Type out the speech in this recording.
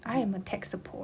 I am a tech support